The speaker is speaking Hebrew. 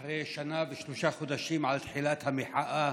אחרי שנה ושלושה חודשים מתחילת המחאה